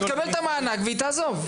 היא תקבל את המענק והיא תעזוב.